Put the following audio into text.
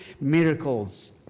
miracles